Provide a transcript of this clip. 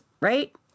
right